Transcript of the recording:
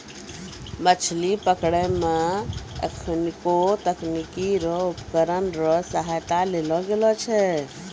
मछली पकड़ै मे एखुनको तकनीकी रो भी उपकरण रो सहायता लेलो गेलो छै